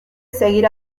seguir